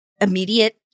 immediate